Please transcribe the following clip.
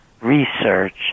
research